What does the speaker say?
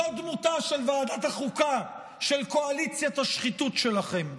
זו דמותה של ועדת החוקה של קואליציית השחיתות שלכם.